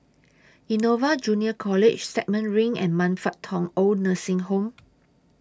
Innova Junior College Stagmont Ring and Man Fut Tong Oid Nursing Home